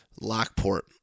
Lockport